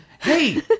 Hey